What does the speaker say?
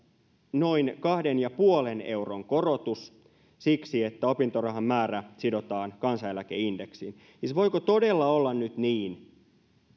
noin kahden pilkku viidenkymmenen euron korotus siksi että opintorahan määrä sidotaan kansaneläkeindeksiin siis voiko todella olla nyt niin